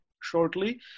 shortly